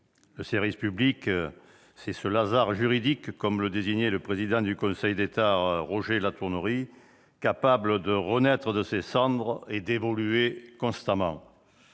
Le service public, c'est ce « Lazare juridique », comme le disait le président du Conseil d'État Roger Latournerie, capable de renaître de ses cendres et d'évoluer constamment.